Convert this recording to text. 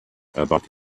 about